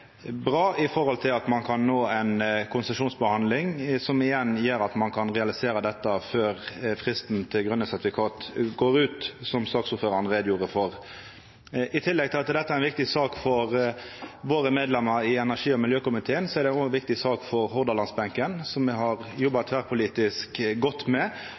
bra med omsyn til at ein kan nå ei konsesjonsbehandling, som igjen gjer at ein kan realisera dette før fristen for grøne sertifikat går ut, som saksordføraren gjorde greie for. I tillegg til at dette er ei viktig sak for medlemene våre i energi- og miljøkomiteen, er det òg ei viktig sak for Hordaland-benken, ei sak som me har jobba tverrpolitisk godt med.